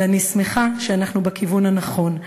אבל אני שמחה שאנחנו בכיוון הנכון.